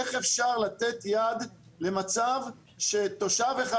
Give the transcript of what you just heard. איך אפשר לתת יד למצב שתושב אחד,